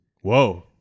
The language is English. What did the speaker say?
Whoa